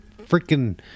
Freaking